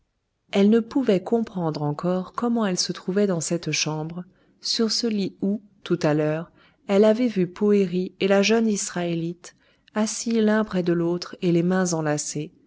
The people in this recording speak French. elle ne pouvait comprendre encore comment elle se trouvait dans cette chambre sur ce lit où tout à l'heure elle avait vu poëri et la jeune israélite assis l'un près de l'autre et les mains enlacées